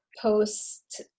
post